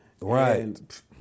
Right